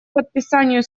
подписанию